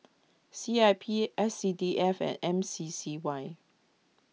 C I P S C D F and M C C Y